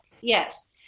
Yes